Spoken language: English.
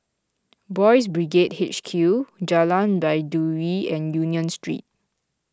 Boys' Brigade H Q Jalan Baiduri and Union Street